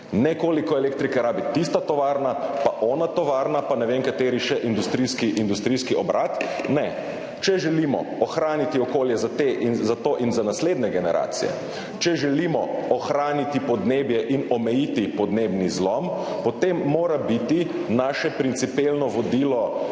ne koliko elektrike rabi tista tovarna pa ona tovarna pa ne vem, kateri še industrijski obrat. Ne. Če želimo ohraniti okolje za to in za naslednje generacije, če želimo ohraniti podnebje in omejiti podnebni zlom, potem mora biti naše principielno vodilo